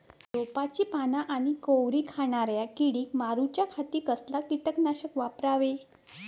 रोपाची पाना आनी कोवरी खाणाऱ्या किडीक मारूच्या खाती कसला किटकनाशक वापरावे?